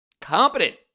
competent